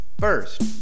First